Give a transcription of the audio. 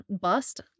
bust